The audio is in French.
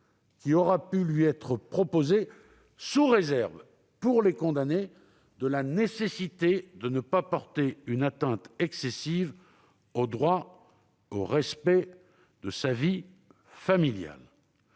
qui lui aura été proposé, sous réserve, pour les condamnés, de la nécessité de ne pas porter une atteinte excessive au droit au respect de sa vie familiale.